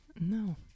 No